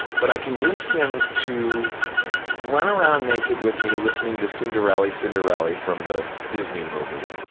but i convinced him to run around naked with me listening to cinderelly, cinderelly from the disney movie.